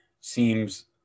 seems